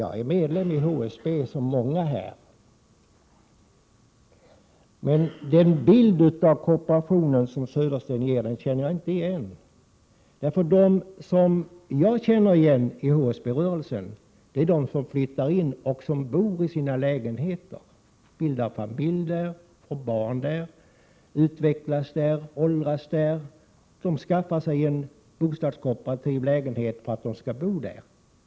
Jag är medlem i HSB som många här, men den bild av bostadskooperationen som Södersten ger känner jag inte igen. Dem som jag känner igen i HSB-rörelsen är de människor som flyttar in och bor i sina lägenheter, bildar familj och får barn där, utvecklas där och åldras där. De skaffar sig en bostadskooperativ lägenhet för att de skall bo där.